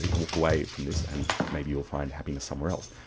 walk away from this and maybe you'll find happiness somewhere else.